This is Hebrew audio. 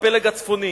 הפלג הצפוני.